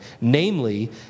Namely